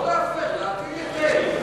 לא להפר, להטיל היטל.